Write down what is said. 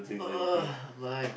mine